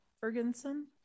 Ferguson